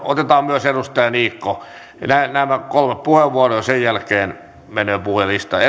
otetaan myös edustaja niikko nämä kolme vastauspuheenvuoroa ja sen jälkeen menemme puhujalistaan